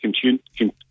continue